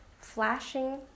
flashing